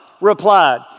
replied